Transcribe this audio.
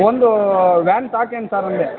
ಒಂದು ವ್ಯಾನ್ ಸಾಕೇನು ಸರ್ ನಿಮಗೆ